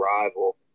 rival